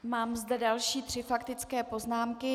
Mám zde další tři faktické poznámky.